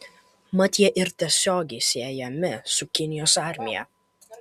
mat jie yra tiesiogiai siejami su kinijos armija